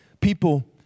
people